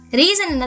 reason